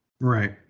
right